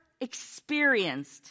experienced